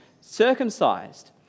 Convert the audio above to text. circumcised